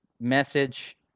message